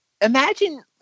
Imagine